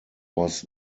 was